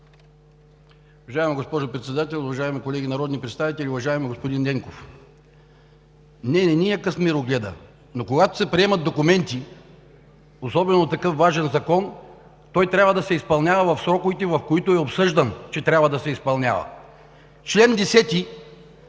Уважаема госпожо Председател, уважаеми колеги народни представители! Уважаеми господин Ненков, не, не ни е къс мирогледът, но когато се приемат документи, особено такъв важен закон, той трябва да се изпълнява в сроковете, в които е обсъждан, че трябва да се изпълнява. Член 10